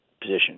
position